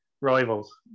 Rivals